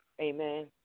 Amen